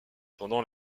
pendant